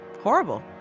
Horrible